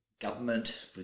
government